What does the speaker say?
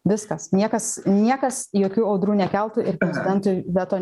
viskas niekas niekas jokių audrų nekeltų ir prezidento veto